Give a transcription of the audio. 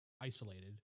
isolated